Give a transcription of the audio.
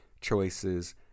choices